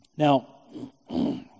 Now